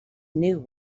knew